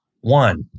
One